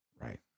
Right